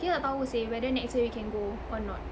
kita tak tahu seh whether next year you can go or not